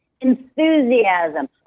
enthusiasm